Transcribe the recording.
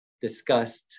discussed